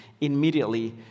immediately